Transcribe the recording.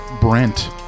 Brent